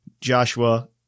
Joshua